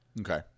Okay